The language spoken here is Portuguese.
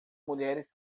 mulheres